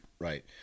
Right